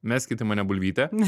meskit į mane bulvytę